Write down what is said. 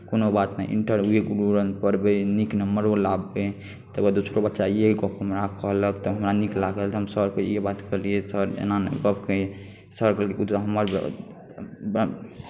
कोनो बात नहि इन्टर भी पढ़बै नीक नम्बरो लावबै तकर बाद दोसरो बच्चा इएह गप्प कहलक तऽ हमरा नीक लागल तऽ सरकेँ हम ई बात कहलियै तऽ सर एना ऐना गप्प तऽ सर कहलकै तू तऽ हमर ने बड़